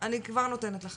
אני כבר נותנת לך